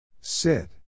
Sit